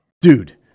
dude